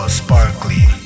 sparkly